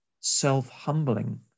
self-humbling